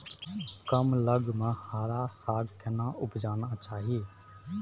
कम लग में हरा साग केना उपजाना चाही?